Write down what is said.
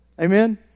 Amen